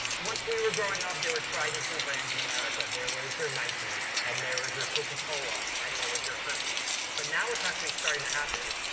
once we were growing up, there were tried and true brands in america. there was your nike and there was your coca-cola and there was your hershey's, but now what's actually starting to happen,